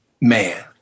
man